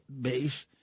base